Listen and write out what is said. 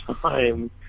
time